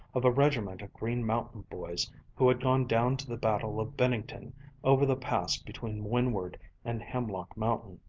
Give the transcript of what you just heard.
of a regiment of green mountain boys who had gone down to the battle of bennington over the pass between windward and hemlock mountain,